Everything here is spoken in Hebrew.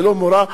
ללא מורא,